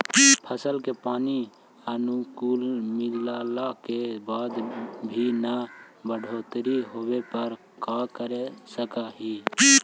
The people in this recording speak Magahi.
फसल के पानी अनुकुल मिलला के बाद भी न बढ़ोतरी होवे पर का कर सक हिय?